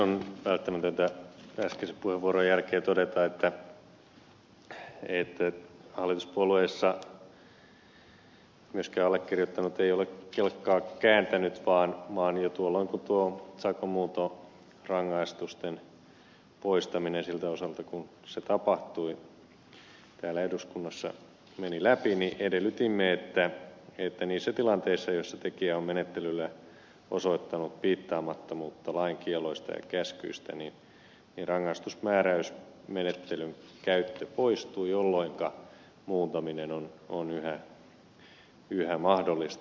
on välttämätöntä äskeisen puheenvuoron jälkeen todeta että hallituspuolueissa myöskään allekirjoittanut ei ole kelkkaa kääntänyt vaan jo tuolloin kun tuo sakkomuuntorangaistusten poistaminen siltä osalta kuin se tapahtui täällä eduskunnassa meni läpi edellytimme että niissä tilanteissa missä tekijä on menettelyllä osoittanut piittaamattomuutta lain kielloista ja käskyistä rangaistusmääräysmenettelyn käyttö poistuu jolloinka muuntaminen on yhä mahdollista